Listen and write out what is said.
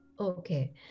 okay